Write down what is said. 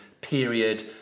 period